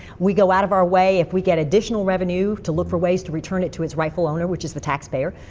we go out of our way if we get additional revenue to look for ways to return it to it's rightful owner, which is the tax payer.